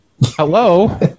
hello